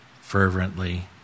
fervently